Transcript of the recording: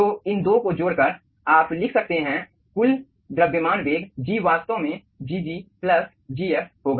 तो इन 2 को जोड़कर आप लिख सकते हैं कुल द्रव्यमान वेग G वास्तव में Gg प्लस Gf होगा